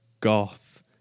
goth